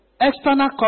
external